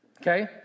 Okay